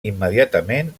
immediatament